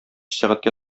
сәгатькә